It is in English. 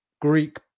Greek